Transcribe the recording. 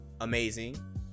amazing